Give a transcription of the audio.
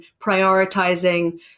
prioritizing